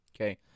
Okay